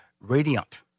Radiant